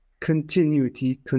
continuity